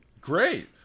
Great